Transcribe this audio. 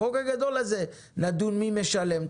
בחוק הגדול הזה נדון מי משלם.